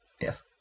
Yes